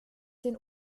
den